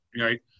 right